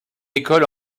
école